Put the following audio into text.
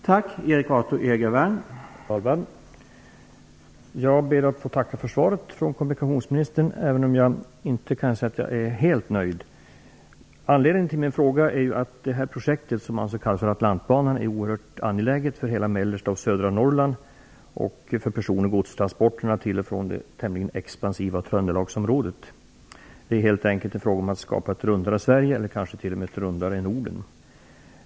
Herr talman! Jag ber att få tacka för svaret från kommunikationsminister, även om jag inte kan säga att jag är helt nöjd. Anledningen till min fråga är att det projekt som kallas för Atlantbanan är oerhört angeläget för mellersta och södra Norrland och för person och godstransporterna till och från det tämligen expansiva Trøndelagsområdet. Det är helt enkelt en fråga om att skapa ett rundare Sverige, eller kanske t.o.m. ett rundare Norden.